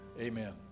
Amen